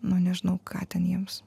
nu nežinau ką ten jiems